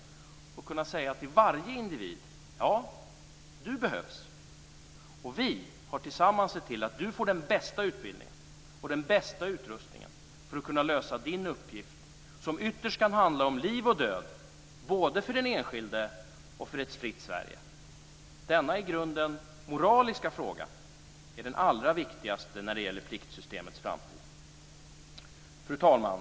Vi måste kunna säga till varje individ: Ja, du behövs, och vi har tillsammans sett till att du får den bästa utbildningen och den bästa utrustningen för att kunna lösa din uppgift, som ytterst kan handla om liv och död, både för den enskilda och för ett fritt Sverige. Denna i grunden moraliska fråga är den allra viktigaste för pliktsystemets framtid. Fru talman!